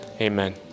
Amen